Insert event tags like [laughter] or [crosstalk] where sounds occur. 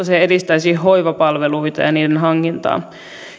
[unintelligible] se edistäisi hoivapalveluita ja niiden hankintaa